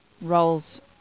roles